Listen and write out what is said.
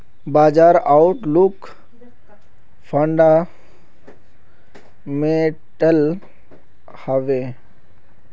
बाजार outlook fundamental हैवै?